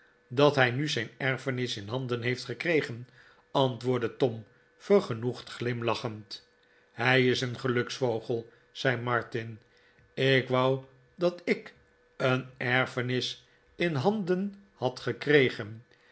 dat hij nu zijn erfenis in handen heeft gekregen antwoordde tom vergenoegd glimlachend hij is een geluksvogel zei martin ik wou dat ik een erfenis in handen had gekregen